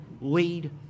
lead